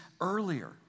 earlier